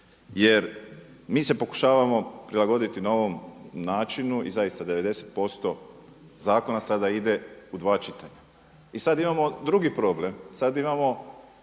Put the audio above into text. Jer mi se pokušavamo prilagoditi novom načinu i zaista 90% zakona sada ide u dva čitanja. I sad imamo drugi problem, sad imamo